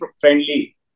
friendly